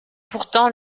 pourtant